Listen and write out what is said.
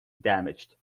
damaged